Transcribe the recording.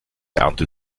ernte